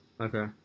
Okay